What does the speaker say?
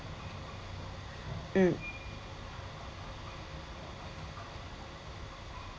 mm